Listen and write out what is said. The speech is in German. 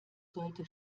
sollte